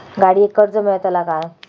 गाडयेक कर्ज मेलतला काय?